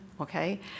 okay